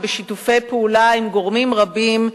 ובשיתופי פעולה עם גורמים רבים,